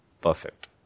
perfect